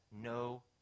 no